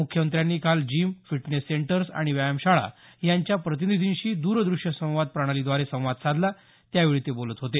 मुख्यमंत्र्यांनी काल gym fitness centres आणि व्यायामशाळा यांच्या प्रतिनिधींशी दूरदृश्य प्रणालीद्वारे संवाद साधला त्यावेळी ते बोलत होते